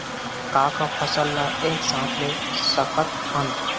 का का फसल ला एक साथ ले सकत हन?